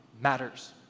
matters